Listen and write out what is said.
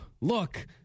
look